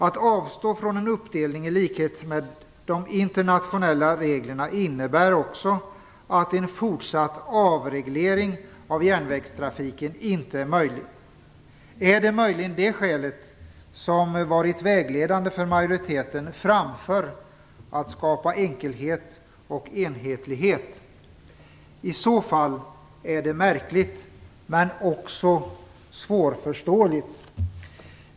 Att avstå från en uppdelning i likhet med de internationella reglerna innebär också att en fortsatt avreglering av järnvägstrafiken inte är möjlig. Är det möjligen detta skäl som varit vägledande för majoriteten framför att skapa enkelhet och enhetlighet? I så fall är det märkligt men också svårförståeligt.